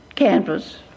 canvas